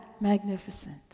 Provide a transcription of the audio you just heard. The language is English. magnificent